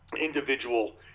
individual